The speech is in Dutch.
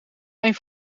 een